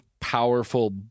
powerful